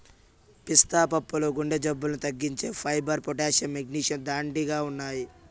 పిస్తా పప్పుల్లో గుండె జబ్బులను తగ్గించే ఫైబర్, పొటాషియం, మెగ్నీషియం, దండిగా ఉన్నాయి